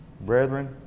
Brethren